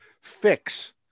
fix